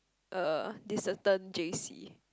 uh this certain J_C